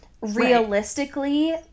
realistically